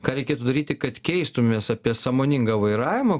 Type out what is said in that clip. ką reikėtų daryti kad keistumės apie sąmoningą vairavimą